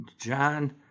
John